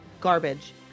Garbage